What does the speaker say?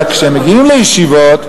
אלא כשהם מגיעים לישיבות,